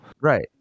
right